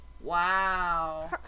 Wow